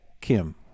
Kim